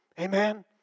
Amen